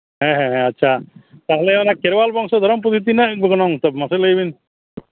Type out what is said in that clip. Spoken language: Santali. ᱦᱮᱸ ᱦᱮᱸ ᱟᱪᱪᱷᱟ ᱛᱟᱦᱚᱞᱮ ᱚᱱᱟ ᱠᱷᱮᱨᱣᱟᱞ ᱵᱚᱝᱥᱚ ᱫᱷᱚᱨᱚᱢ ᱯᱩᱛᱷᱤ ᱛᱤᱱᱟᱹᱜ ᱜᱚᱱᱚᱝ ᱢᱟᱥᱮ ᱞᱟᱹᱭ ᱵᱤᱱ